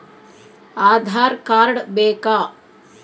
Aadhaar card ಬೇಕಾ?